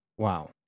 Wow